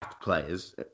players